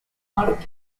mark